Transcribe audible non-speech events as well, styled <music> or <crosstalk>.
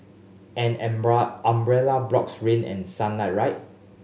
an <unintelligible> umbrella blocks rain and sunlight right